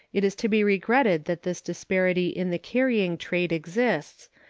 it is to be regretted that this disparity in the carrying trade exists,